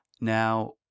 Now